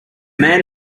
man